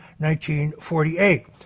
1948